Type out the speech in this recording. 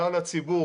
כלל הציבור,